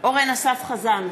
אורן אסף חזן,